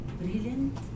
brilliant